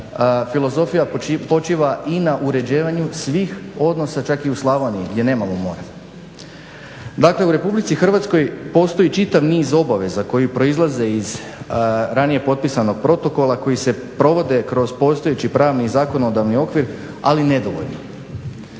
filozofija počiva i na uređivanju svih odnosa čak i u Slavoniji gdje nemamo more. Dakle, u Republici Hrvatskoj postoji čitav niz obaveza koji proizlaze iz ranije potpisanog protokola koji se provode kroz postojeći pravni i zakonodavni okvir, ali nedovoljno.